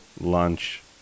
lunch